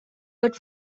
but